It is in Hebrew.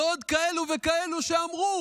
ועוד, ועוד כאלה וכאלה שאמרו